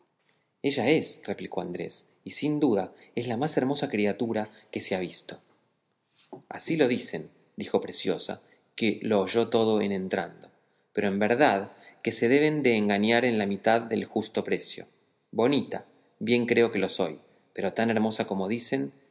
ella es replicó andrés y sin duda es la más hermosa criatura que se ha visto así lo dicen dijo preciosa que lo oyó todo en entrando pero en verdad que se deben de engañar en la mitad del justo precio bonita bien creo que lo soy pero tan hermosa como dicen